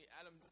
Adam